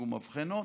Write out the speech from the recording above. ואיגום מבחנות,